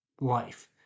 life